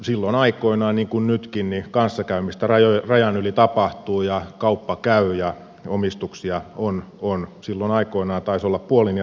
silloin aikoinaan niin kuin nytkin kanssakäymistä rajan yli tapahtui ja kauppa kävi ja omistuksia oli silloin aikoinaan taisi olla puolin ja toisin